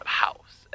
house